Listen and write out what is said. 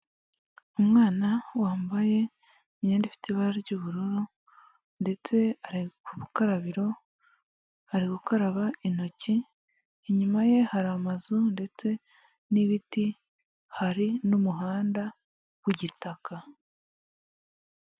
Umwana wambaye imyenda ifite ibara ry'ubururu ndetse ari ku bukarabiro ari gukaraba intoki, inyuma ye hari amazu ndetse n'ibiti hari n'umuhanda w'igitaka.